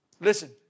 Listen